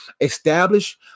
establish